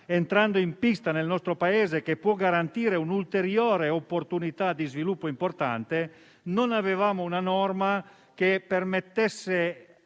entrando in pista nel nostro Paese e può garantire un'ulteriore opportunità di sviluppo importante. Non avevamo però una norma che permettesse